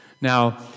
Now